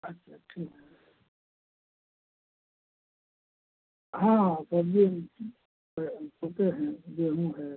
अच्छा ठीक है हाँ हाँ सब्ज़ी वगैरह हम बोते हैं गेहूँ है